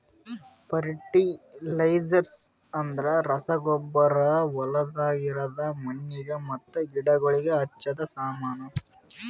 fertilisers ಅಂದ್ರ ರಸಗೊಬ್ಬರ ಹೊಲ್ದಾಗ ಇರದ್ ಮಣ್ಣಿಗ್ ಮತ್ತ ಗಿಡಗೋಳಿಗ್ ಹಚ್ಚದ ಸಾಮಾನು